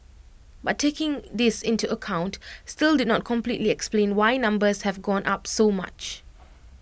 but taking this into account still did not completely explain why numbers have gone up so much